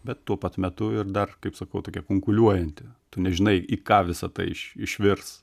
bet tuo pat metu ir dar kaip sakau tokia kunkuliuojanti tu nežinai į ką visa tai iš išvirs